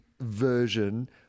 version